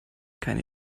keine